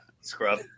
Scrub